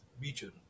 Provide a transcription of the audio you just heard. region